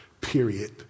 period